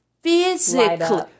physically